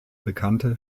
bekannte